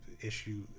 issue